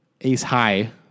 Ace-High